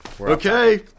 Okay